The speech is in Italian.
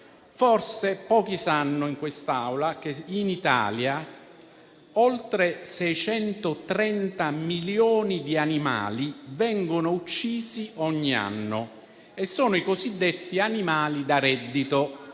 Forse pochi in quest'Aula sanno che in Italia oltre 630 milioni di animali vengono uccisi ogni anno e sono i cosiddetti animali da reddito,